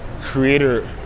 creator